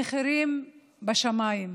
המחירים בשמיים.